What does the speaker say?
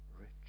rich